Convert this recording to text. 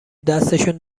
دستشون